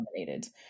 dominated